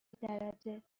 درجه